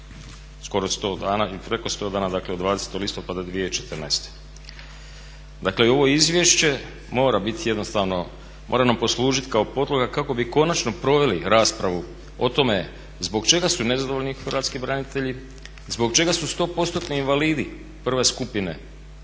skoro 100 dana ili preko 100 dona dakle od 20.listopada 2014. Dakle ovo izvješće mora nam poslužiti kao podloga kako bi konačno proveli raspravu o tome zbog čega su nezadovoljni hrvatski branitelji, zbog čega su 100%-ni invalidi prve skupine izašli